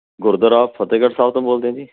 ਗੁਰਦੁਆਰਾ ਫਤਿਹਗੜ੍ਹ ਸਾਹਿਬ ਤੋਂ ਬੋਲਦੇ ਆ ਜੀ